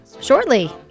shortly